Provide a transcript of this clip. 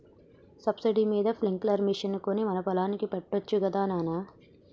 subsidy మీద sprinkler machine కొని మన పొలానికి పెట్టొచ్చు గదా నాన